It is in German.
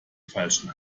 falschen